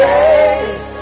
Days